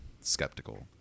skeptical